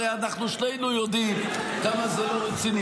הרי אנחנו שנינו יודעים כמה זה לא רציני,